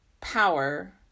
power